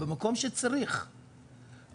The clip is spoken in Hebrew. במקום שצריך,